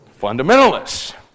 fundamentalists